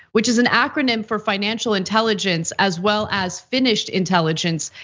which is an acronym for financial intelligence as well as finished intelligence.